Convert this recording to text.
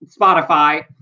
Spotify